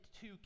two